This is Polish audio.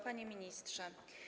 Panie Ministrze!